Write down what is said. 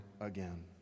again